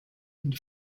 and